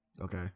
okay